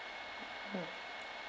mm